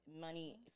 money